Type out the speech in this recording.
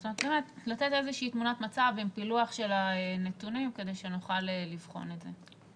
לתת איזושהי תמונת מצב עם פילוח של הנתונים כדי שנוכל לבחון את זה.